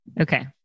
Okay